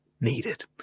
needed